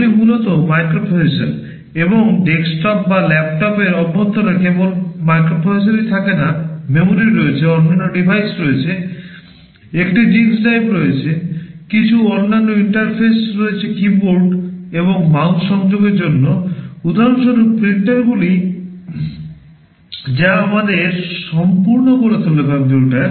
এগুলি মূলত মাইক্রোপ্রসেসর এবং ডেস্কটপ বা ল্যাপটপের অভ্যন্তরে কেবল মাইক্রোপ্রসেসরই থাকে না memory রয়েছে অন্যান্য ডিভাইস রয়েছে একটি ডিস্ক ড্রাইভ রয়েছে কিছু অন্যান্য ইন্টারফেস রয়েছে কীবোর্ড এবং মাউস সংযোগের জন্য উদাহরণস্বরূপ প্রিন্টারগুলি যা আমাদের সম্পূর্ণ করে তোলে কম্পিউটার